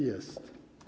Jest.